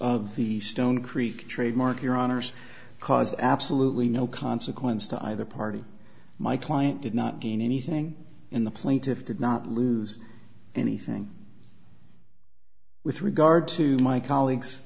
of the stone creek trademark your honour's cause absolutely no consequence to either party my client did not gain anything in the plaintiff did not lose anything with regard to my colleagues